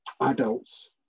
adults